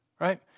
right